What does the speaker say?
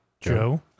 Joe